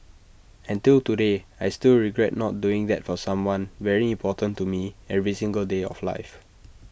and till today I still regret not doing that for someone very important to me every single day of life